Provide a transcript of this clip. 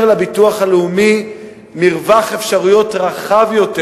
לביטוח הלאומי מרווח אפשרויות רחב יותר,